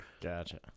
Gotcha